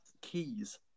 keys